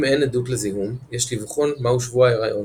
אם אין עדות לזיהום, יש לבחון מהו שבוע ההריון